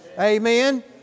Amen